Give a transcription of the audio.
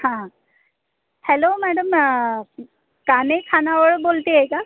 हां hello madam कान्हे खानावळ बोलत आहे का